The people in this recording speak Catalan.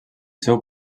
seu